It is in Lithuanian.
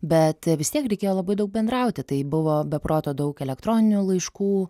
bet vis tiek reikėjo labai daug bendrauti tai buvo be proto daug elektroninių laiškų